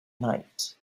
night